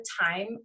time